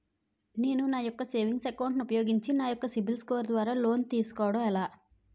నేను నా savings account ను ఉపయోగించి నా యెక్క సిబిల్ స్కోర్ ద్వారా లోన్తీ సుకోవడం ఎలా?